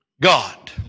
God